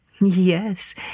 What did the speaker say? Yes